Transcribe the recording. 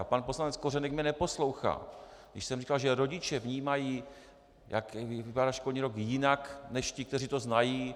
Pan poslanec Kořenek mě neposlouchal, když jsem říkal, že rodiče vnímají, jak vypadá školní rok, jinak než ti, kteří to znají.